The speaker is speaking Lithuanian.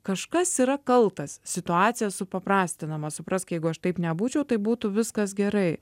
kažkas yra kaltas situacija supaprastinama suprask jeigu aš taip nebūčiau tai būtų viskas gerai